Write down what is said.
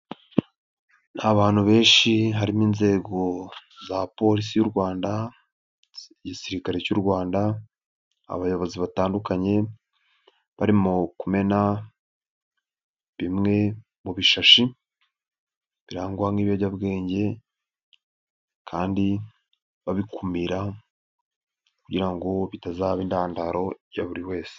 Ni abantu benshi harimo inzego za polisi y'u rwanda, igisirikare cy'u rwanda, abayobozi batandukanye bari mu kumena bimwe mu bishashi, birangwa n' ibiyobyabwenge, kandi babikumira kugira ngo bitazaba intandaro ya buri wese.